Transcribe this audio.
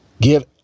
give